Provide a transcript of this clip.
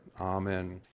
Amen